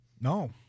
No